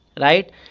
right